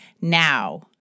now